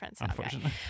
unfortunately